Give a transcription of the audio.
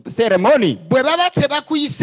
ceremony